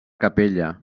capella